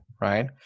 right